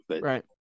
Right